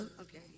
Okay